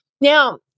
Now